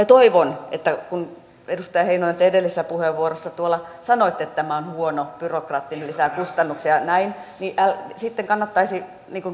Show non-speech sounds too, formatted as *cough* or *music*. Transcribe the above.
*unintelligible* toivon että kun edustaja heinonen te edellisessä puheenvuorossa tuolla sanoitte että tämä on huono byrokraattinen lisää kustannuksia ja näin niin sitten kannattaisi